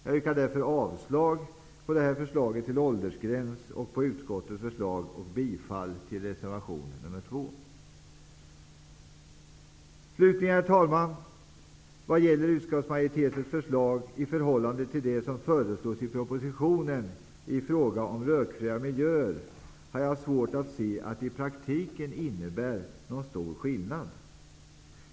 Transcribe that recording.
Jag yrkar alltså avslag på förslaget om åldersgräns, på utskottets förslag och bifall till reservation nr 2.. Herr talman! Vad sedan slutligen gäller utskottsmajoritetens förslag i förhållande till det som föreslås i propositionen i fråga om rökfria miljöer har jag svårt att se att det i praktiken innebär någon större skillnad.